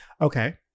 Okay